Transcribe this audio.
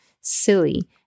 silly